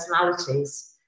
personalities